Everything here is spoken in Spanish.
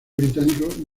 británico